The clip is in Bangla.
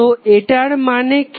তো এটার মানে কি